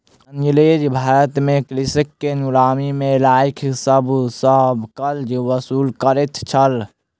अँगरेज भारत में कृषक के गुलामी में राइख सभ सॅ कर वसूल करै छल